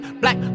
black